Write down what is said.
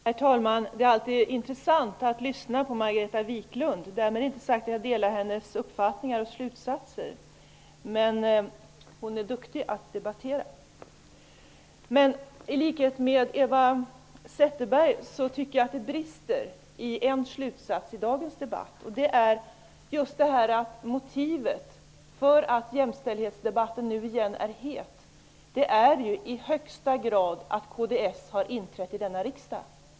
Herr talman! Det är alltid intressant att lyssna på Margareta Viklund -- därmed inte sagt att jag delar hennes uppfattning eller instämmer i hennes slutsatser. Margareta Viklund är i varje fall duktig på att debattera. I likhet med Eva Zetterberg tycker jag att det brister i fråga om en slutsats i dagens debatt. Det gäller då just detta med att motivet för att jämställdhetsdebatten återigen är het i högsta grad är att kds har inträtt i denna riksdag.